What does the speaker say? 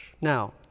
Now